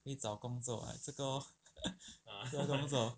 会找工作 like 这个 lor 这个不错